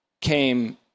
came